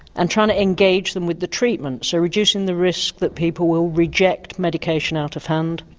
and trying to engage them with the treatment, so reducing the risk that people will reject medication out of hand.